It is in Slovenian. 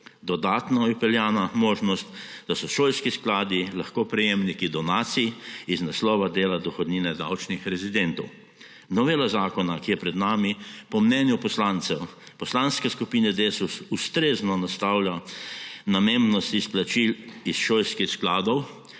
Dodatno je vpeljana možnost, da so šolski skladi lahko prejemniki donacij iz naslova dela dohodnine davčnih rezidentov. Novela zakona, ki je pred nami, po mnenju poslancev Poslanske skupine Desus ustrezno nastavlja namembnost izplačil iz šolskih skladov,